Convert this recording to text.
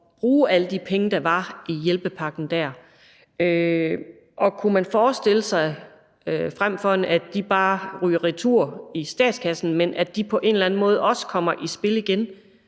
bruge alle de penge, der var i hjælpepakken dér? Og kunne man forestille sig, at de, frem for at de bare ryger retur i statskassen, på en eller anden måde også kommer i spil igen